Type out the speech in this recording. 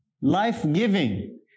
life-giving